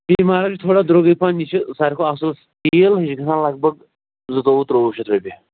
P mark چھُ تھوڑا درٛۅگُے پَہَن یہِ چھُ سارِوٕے کھۄتہٕ اَصٕل تیٖل یہِ چھُ گژھان لگ بگ زٕتوٚوُہ ترٛۆوُہ شیٚتھ رۄپیہِ